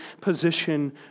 position